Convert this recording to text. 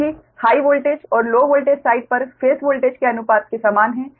क्योंकि high voltage और low voltage side पर फेस वोल्टेज के अनुपात के समान हैं